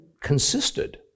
consisted